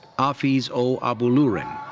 afees o. abolurin.